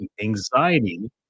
anxiety